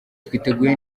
twiteguye